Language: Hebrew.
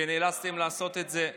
שנאלצתם לעשות את החוק הזה,